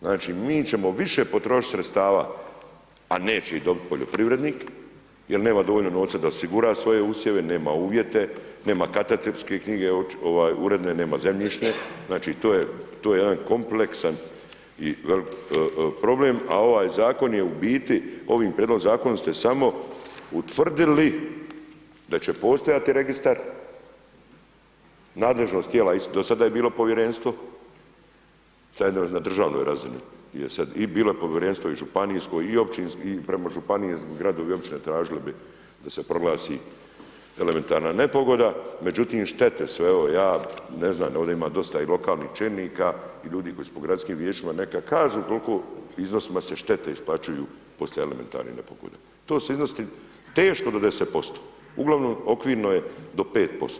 Znači mi ćemo više potrošiti sredstava a neće ih dobiti poljoprivrednik jer nema dovoljno novca da osigura svoje usjeve, nema uvjete, nema katastarske knjige uredne, nema zemljišne, znači to je jedan kompleksan i velik problem a ovaj zakon je u biti, ovim prijedlogom zakona ste samo utvrdili da će postojati registar, nadležnost tijela i do sada je bilo povjerenstvo, sad je na državno razini i bilo je povjerenstvo i županijsko i općinsko i prema županiji, gradovi i općine tražili bi da se proglasi elementarne nepogode međutim štete su evo ja, ne znam, ovdje ima i dosta lokalnih čelnika i ljudi koji su po gradskim vijećima, neka kažu koliko iznosima se štete isplaćuju poslije elementarne nepogode, to su iznosi teško do 10%, uglavnom okvirno je do 5%